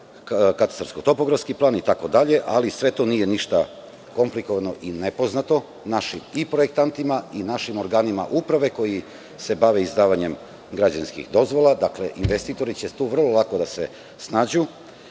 katastarsko-topografski plan. Sve to nije ništa komplikovano i nepoznato i našim projektantima i našim organima uprave koji se bave izdavanjem građevinskih dozvola. Investitori će tu vrlo lako da se